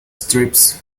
strips